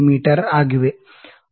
me ಆಗಿವೆ